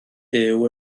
byw